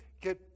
Get